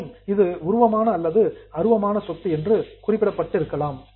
மேலும் இது உருவமான அல்லது அருவமான சொத்து என்று குறிப்பிடப்பட்டு இருக்கலாம்